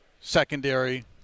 secondary